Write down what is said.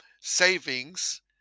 savings